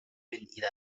إلى